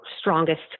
strongest